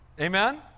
amen